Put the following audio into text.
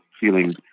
feeling